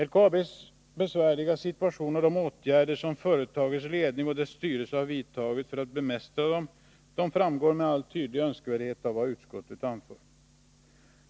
LKAB:s besvärliga situation och de åtgärder som företagets ledning och styrelse har vidtagit för att bemästra situationen framgår med all önskvärd tydlighet av vad utskottet anför.